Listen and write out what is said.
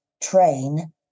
train